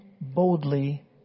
boldly